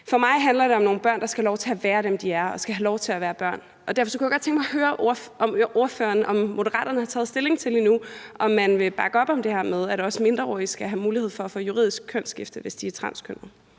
For mig handler det om nogle børn, der skal have lov til at være dem, de er, og skal have lov til at være børn. Og derfor kunne jeg godt tænke mig at høre ordføreren, om Moderaterne har taget stilling til, om man vil bakke op om det her med, at også mindreårige skal have mulighed for at få juridisk kønsskifte, hvis de er transkønnede,